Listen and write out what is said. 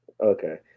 Okay